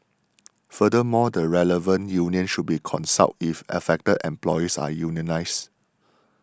furthermore the relevant union should be consulted if affected employees are unionised